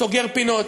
סוגר פינות.